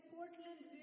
Portland